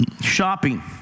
shopping